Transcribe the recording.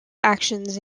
actions